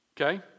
Okay